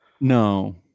No